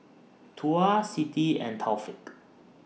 Tuah Siti and Taufik